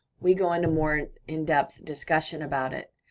we go into more in-depth discussion about it.